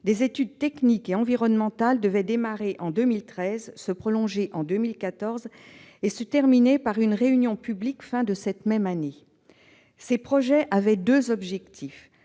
Des études techniques et environnementales devaient démarrer en 2013, se prolonger en 2014 et se terminer par une réunion publique à la fin de cette même année. Ce projet avait deux objectifs